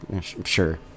sure